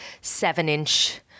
seven-inch